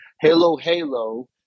Halo-Halo